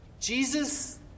Jesus